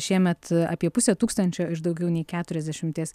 šiemet apie pusė tūkstančio iš daugiau nei keturiasdešimties